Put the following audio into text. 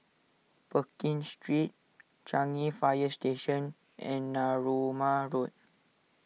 Pekin Street Changi Fire Station and Narooma Road